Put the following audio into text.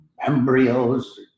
embryos